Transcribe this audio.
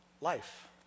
Life